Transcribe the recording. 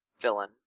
villain